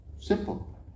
Simple